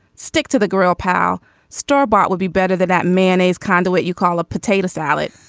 stick to the grill pow staubach would be better than that mayonnaise kinda what you call a potato salad.